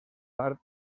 part